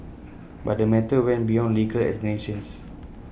but the matter went beyond legal explanations